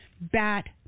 bat